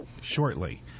shortly